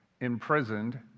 imprisoned